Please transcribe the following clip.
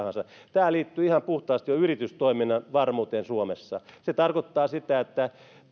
tämä liittyy ihan puhtaasti jo yritystoiminnan varmuuteen suomessa se tarkoittaa sitä että